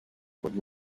but